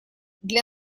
для